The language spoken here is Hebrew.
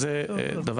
אז זה דבר אחד.